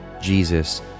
Jesus